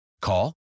Call